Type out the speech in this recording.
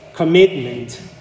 commitment